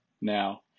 Now